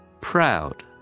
Proud